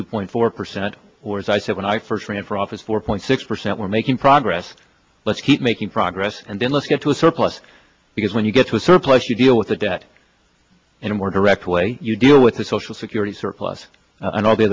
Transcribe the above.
two point four percent or as i said when i first ran for office four point six percent we're making progress let's keep making progress and then let's get to a surplus because when you get to a surplus you deal with the debt in a more direct way you deal with the social security surplus and all the